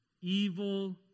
evil